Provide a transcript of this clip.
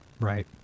Right